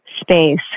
space